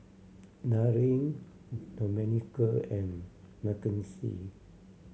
Darin Domenico and Makenzie